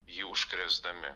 jį užkrėsdami